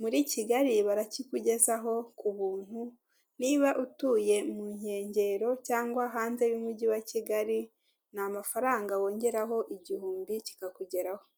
muri Kigali barakikugezaho kubuntu, niba utuye munkengero cyangwa hanze yumugi wa Kigali ni amafaranga igihumbi ubundi kikakugeraho.